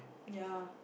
ya